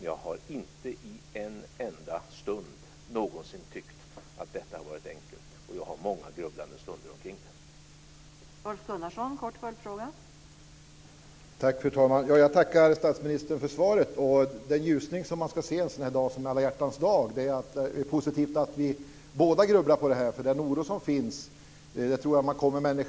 Jag har inte en enda stund någonsin tyckt att detta varit enkelt, och jag har många grubblande stunder kring detta.